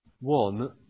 One